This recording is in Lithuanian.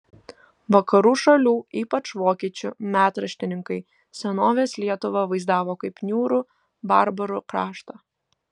vakarų šalių ypač vokiečių metraštininkai senovės lietuvą vaizdavo kaip niūrų barbarų kraštą